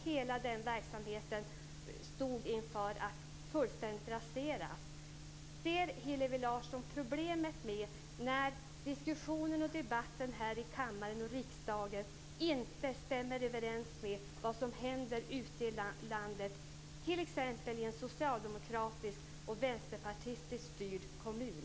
Hela den verksamheten stod inför att fullständigt raseras. Ser Hillevi Larsson något problem när diskussionen och debatten här i kammaren och i riksdagen inte stämmer överens med vad som händer ute i landet, t.ex. i en socialdemokratiskt och vänsterpartistiskt styrd kommun?